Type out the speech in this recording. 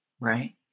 Right